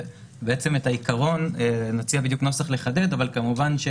נציג נוסח לחדד אבל, כמובן,